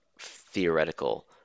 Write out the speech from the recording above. theoretical